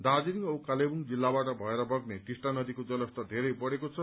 दार्जीलिङ औ कालेबुङ जिल्लाबाट भएर बग्ने टिस्टा नदीको जलस्तर धेरै बढ़ेको छ